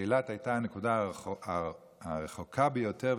אילת הייתה הנקודה הרחוקה ביותר,